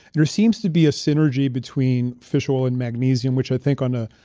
there seems to be a synergy between fish oil and magnesium which i think on a.